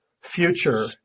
future